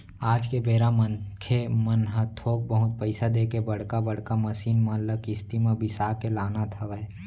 आज के बेरा मनखे मन ह थोक बहुत पइसा देके बड़का बड़का मसीन मन ल किस्ती म बिसा के लानत हवय